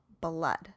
blood